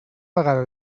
vegada